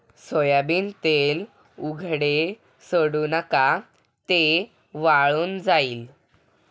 soybean तेल उघडे सोडू नका, ते वाळून जाईल